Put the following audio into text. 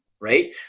right